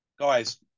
guys